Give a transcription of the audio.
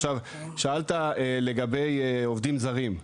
עכשיו, שאלת לגבי עובדים זרים.